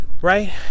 right